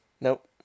Nope